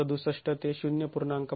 ६७ ते ०